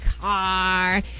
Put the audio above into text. car